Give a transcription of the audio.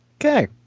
Okay